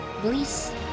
bliss